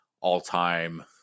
all-time